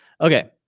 Okay